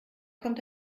kommt